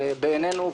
בעינינו,